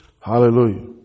Hallelujah